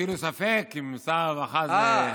אתמול הטילו ספק אם שר הרווחה זה,